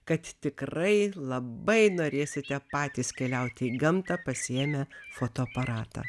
kad tikrai labai norėsite patys keliauti į gamtą pasiėmę fotoaparatą